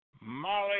Molly